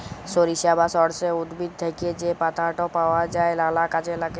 সরিষা বা সর্ষে উদ্ভিদ থ্যাকে যা পাতাট পাওয়া যায় লালা কাজে ল্যাগে